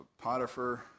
Potiphar